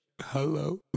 Hello